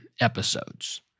episodes